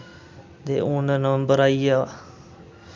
ते हुन नम्बर आई गेआ